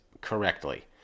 correctly